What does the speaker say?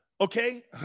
Okay